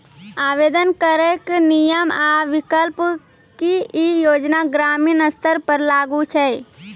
आवेदन करैक नियम आ विकल्प? की ई योजना ग्रामीण स्तर पर लागू छै?